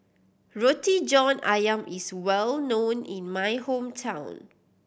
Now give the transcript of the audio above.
Roti John Ayam is well known in my hometown